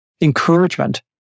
encouragement